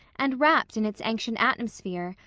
and wrapped in its ancient atmosphere,